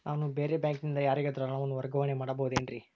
ನಾನು ಬೇರೆ ಬ್ಯಾಂಕಿನಿಂದ ಯಾರಿಗಾದರೂ ಹಣವನ್ನು ವರ್ಗಾವಣೆ ಮಾಡಬಹುದೇನ್ರಿ?